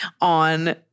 on